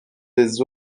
des